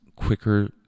quicker